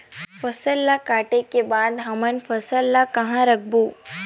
फसल ला काटे के बाद हमन फसल ल कहां रखबो?